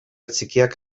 txikiak